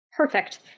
perfect